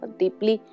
deeply